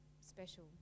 special